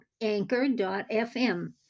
Anchor.fm